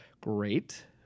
great